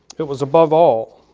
it was above all,